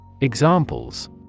Examples